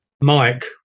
Mike